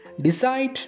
Decide